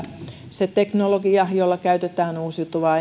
se teknologia jolla käytetään uusiutuvaa